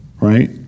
right